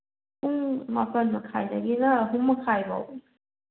ꯄꯨꯡ ꯃꯥꯄꯟ ꯃꯈꯥꯏꯗꯒꯤꯅ ꯑꯍꯨꯝ ꯃꯈꯥꯏ ꯐꯥꯎꯕ